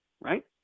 right